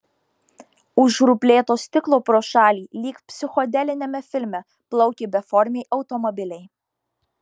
už ruplėto stiklo pro šalį lyg psichodeliniame filme plaukė beformiai automobiliai